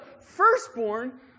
firstborn